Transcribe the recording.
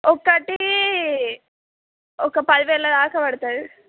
ఒకటి ఒక పదివేల దాకా పడుతుంది